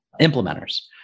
implementers